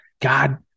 God